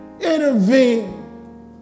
Intervene